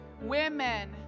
women